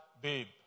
babe